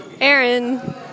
Aaron